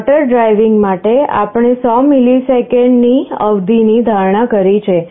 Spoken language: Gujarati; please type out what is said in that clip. મોટર ડ્રાઇવિંગ માટે આપણે 100 મિલિસેકન્ડની અવધિની ધારણા કરી છે